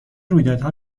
رویدادها